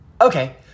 Okay